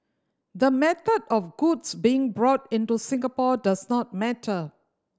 the method of goods being brought into Singapore does not matter